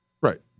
Right